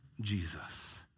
Jesus